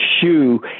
shoe